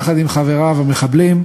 יחד עם חבריו המחבלים,